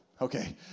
Okay